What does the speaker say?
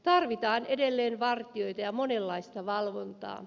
tarvitaan edelleen vartijoita ja monenlaista valvontaa